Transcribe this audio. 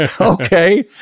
Okay